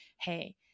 hey